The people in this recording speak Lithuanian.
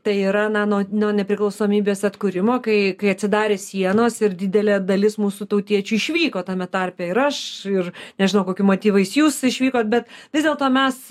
tai yra na nuo nuo nepriklausomybės atkūrimo kai kai atsidarė sienos ir didelė dalis mūsų tautiečių išvyko tame tarpe ir aš ir nežinau kokiu motyvais jūs išvykot bet vis dėlto mes